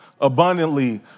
abundantly